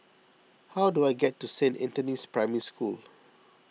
how do I get to Saint Anthony's Primary School